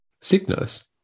Sickness